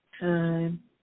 time